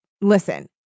Listen